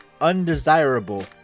undesirable